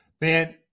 Man